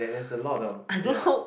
there there's a lot of ya